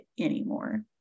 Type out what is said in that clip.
anymore